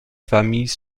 familles